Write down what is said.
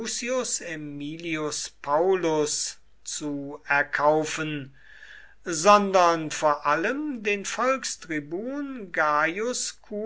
aemilius paullus zu erkaufen sondern vor allem den